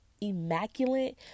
immaculate